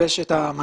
לגבש את המנגנון.